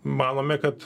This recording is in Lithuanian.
manome kad